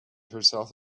herself